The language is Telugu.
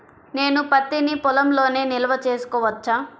నేను పత్తి నీ పొలంలోనే నిల్వ చేసుకోవచ్చా?